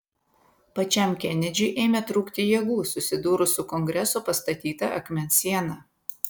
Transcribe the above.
pačiam kenedžiui ėmė trūkti jėgų susidūrus su kongreso pastatyta akmens siena